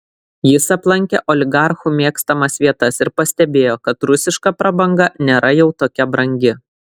jis aplankė oligarchų mėgstamas vietas ir pastebėjo kad rusiška prabanga nėra jau tokia brangi